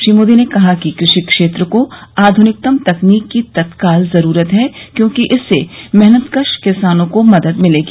श्री मोदी ने कहा कि कृषि क्षेत्र को आध्निकतम तकनीक की तत्काल जरूरत है क्योंकि इससे मेहनतकश किसानों को मदद मिलेगी